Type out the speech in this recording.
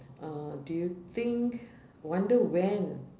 uh do you think wonder when